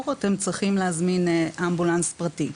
ואתם צריכים להזמין אמבולנס פרטי.